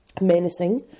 Menacing